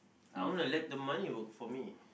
I wanna let the money work for me